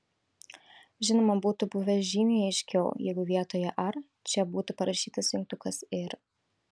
žinoma būtų buvę žymiai aiškiau jeigu vietoje ar čia būtų parašytas jungtukas ir